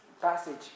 passage